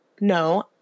No